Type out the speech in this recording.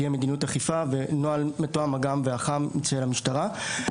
תהיה מדיניות אכיפה ונוהל מתואם אג"מ ואח"מ של המשטרה.